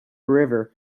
river